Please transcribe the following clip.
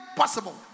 possible